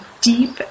deep